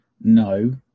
no